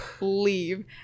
leave